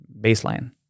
baseline